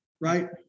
right